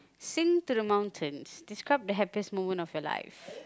sing to the mountains describe the happiest moment of your life